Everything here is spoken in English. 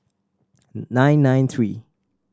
nine nine three